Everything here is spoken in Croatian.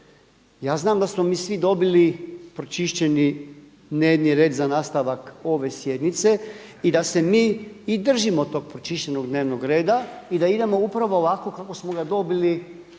Ja znam da smo mi svi dobili pročišćeni dnevni red za nastavak ove sjednice i da se mi i držimo tog pročišćenog dnevnog reda i da idemo upravo ovako kako smo ga dobili